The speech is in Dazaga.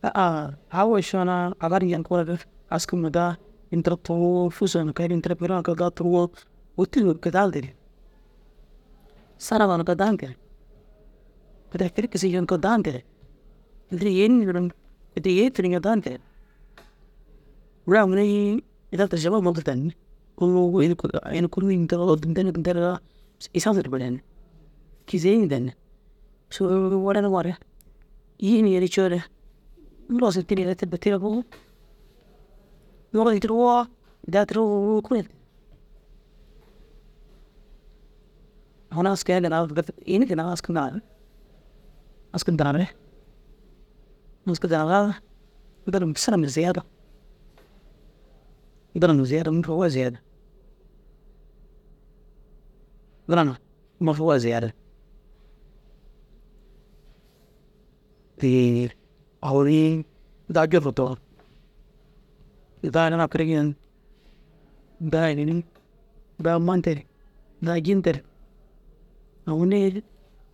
aŋ wošuuna agar yinkoore aski numa daa ini tira too fusu koo na kal ini tira kori iyo na kal turoo wôtur gali nterig saraga ka kege daa nterig ini tira kuri kisiyoo daa nterig der yiniŋoo nterig yii tiriñoo daa nterig mire mire yi ina derejema munda danni unnu ini guru ini nterigaa isasa na burayinni kîzei na danni coo wereniŋoore îyi yenim cuure noros tinere ina aski aski denare aski denaraa dirim sana ziyada denama marawahid ziyada teer ogoni daa gii fortuwo daa ina na kuri ken daa ninig daa maa nerig daa cii nerig ogoni